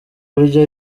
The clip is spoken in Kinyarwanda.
buryo